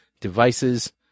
devices